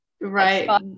right